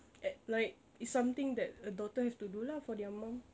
ac~ like it's something that a daughter has to do lah for their mum